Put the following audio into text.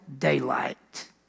Daylight